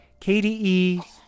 KDE